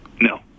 No